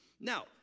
Now